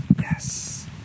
Yes